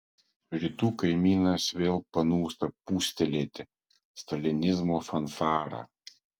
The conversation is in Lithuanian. rytų kaimynas vėl panūsta pūstelėti stalinizmo fanfarą